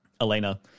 Elena